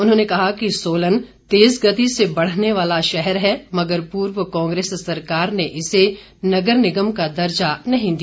उन्होंने कहा कि सोलन तेज़ गति से बढ़ने वाला शहर है मगर पूर्व कांग्रे सरकार ने इसे नगर निगम का दर्जा नहीं दिया